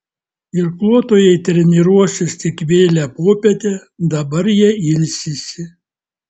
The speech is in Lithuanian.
irkluotojai treniruosis tik vėlią popietę dabar jie ilsisi